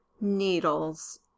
needles